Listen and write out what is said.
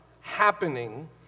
happening